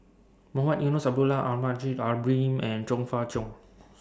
Mohamed Eunos Abdullah Almahdi Al Haj Ibrahim and Chong Fah Cheong